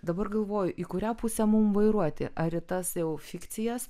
dabar galvoju į kurią pusę mum vairuoti ar į tas jau fikcijas